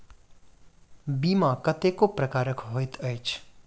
बीमा कतेको प्रकारक होइत अछि